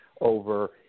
over